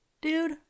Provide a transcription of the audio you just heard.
dude